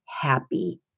happy